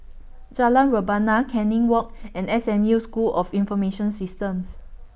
Jalan Rebana Canning Walk and S M U School of Information Systems